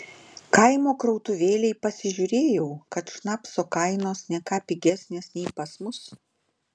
kaimo krautuvėlėj pasižiūrėjau kad šnapso kainos ne ką pigesnės nei pas mus